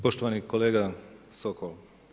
Poštovani kolega Sokol.